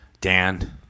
Dan